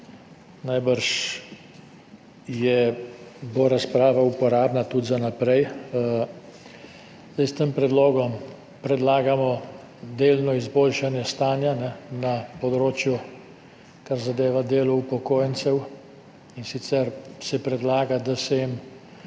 Najbrž bo razprava uporabna tudi za naprej. Zdaj s tem predlogom predlagamo delno izboljšanje stanja na področju, kar zadeva delo upokojencev, in sicer se predlaga, da se jim